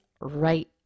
right